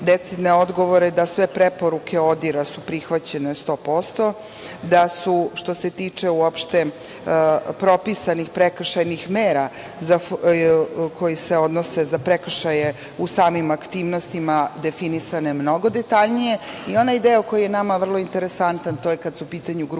decidne odgovore da sve preporuke ODIR-a su prihvaćene 100%, da su što se tiče uopšte propisanih prekršajnih mera koje se odnose za prekršaje u samim aktivnostima definisane mnogo detaljnije i onaj deo koji je nama vrlo interesantan, a to je kada su u pitanju grupe